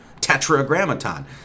tetragrammaton